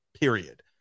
period